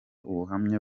ubuhamya